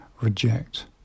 reject